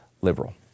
liberal